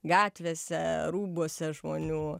gatvėse rūbuose žmonių